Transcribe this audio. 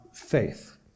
Faith